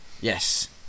Yes